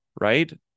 right